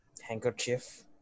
handkerchief